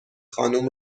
خانم